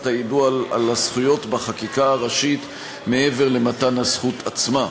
היידוע על הזכויות בחקיקה ראשית מעבר למתן הזכות עצמה.